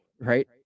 right